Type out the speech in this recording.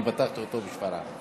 ואני פתחתי אותו בשפרעם.